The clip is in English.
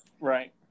right